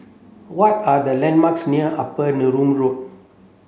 what are the landmarks near Upper Neram Road